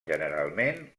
generalment